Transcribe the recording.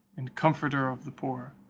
and comforter of the poor,